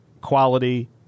quality